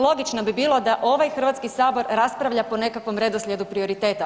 Logično bi bilo da ovaj Hrvatski sabor raspravlja po nekakvom redoslijedu prioriteta.